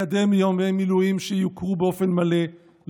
לקדם ימי מילואים שיוכרו באופן מלא,